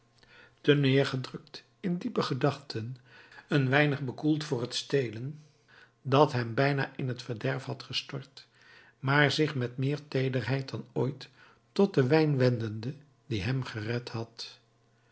terneergedrukt in diepe gedachten een weinig bekoeld voor het stelen dat hem bijna in t verderf had gestort maar zich met meer teederheid dan ooit tot den wijn wendende die hem gered had